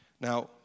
Now